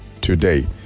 today